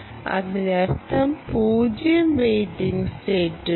അതിനർത്ഥം 0 വെയിറ്റിംഗ് സ്റ്റേറ്റുകൾ